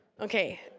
Okay